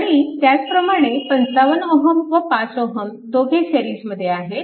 आणि त्याचप्रमाणे 55Ω व 5 Ω दोघे सिरीजमध्ये आहेत